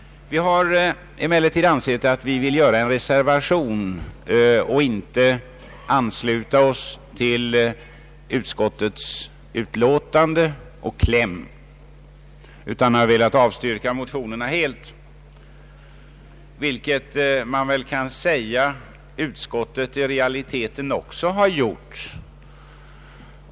Vi har emellertid velat göra en reser vation och inte ansluta oss till utskotts utlåtande och kläm utan avstyrka motionerna helt, vilket man väl kan säga att utskottet i realiteten också har gjort.